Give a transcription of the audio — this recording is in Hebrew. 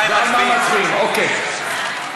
אוקיי.